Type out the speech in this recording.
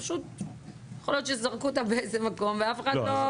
פשוט יכול להיות שזרקו אותה באיזה מקום ואף אחד לא.